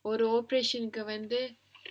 ஒரு:oru operation க்கு வந்து:kku vandhu